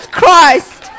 Christ